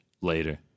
Later